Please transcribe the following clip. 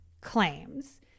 claims